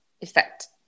effect